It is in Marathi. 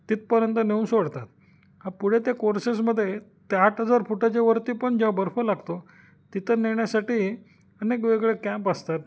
तिथपर्यंत नेऊन सोडतात पुढे ते कोर्सेसमध्ये त्या आठ हजार फुटाच्या वरती पण जेव्हा बर्फ लागतो तिथं नेण्यासाठी अनेक वेगळे कॅम्प असतात